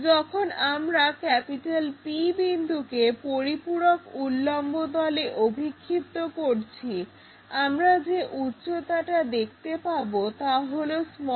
যখন আমরা P বিন্দুকে পরিপূরক উল্লম্ব তলে অভিক্ষিপ্ত করছি আমরা যে উচ্চতাটা দেখতে পাবো তা হলো m